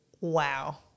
wow